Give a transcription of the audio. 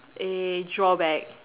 a drawback